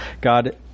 God